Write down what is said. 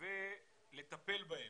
ולטפל בהם,